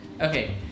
Okay